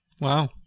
wow